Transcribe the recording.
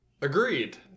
Agreed